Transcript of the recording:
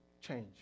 change